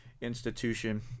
institution